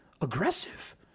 aggressive